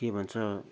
के भन्छ